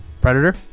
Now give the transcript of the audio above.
Predator